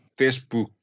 Facebook